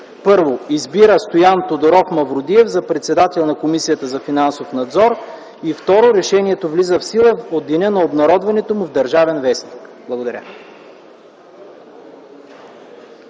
1. Избира Стоян Тодоров Мавродиев за председател на Комисията за финансов надзор. 2. Решението влиза в сила в деня на обнародването му в „Държавен вестник”.” Благодаря.